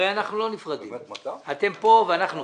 הרי אנחנו לא נפרדים, אתם פה ואנחנו פה.